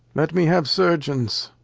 let me have surgeons?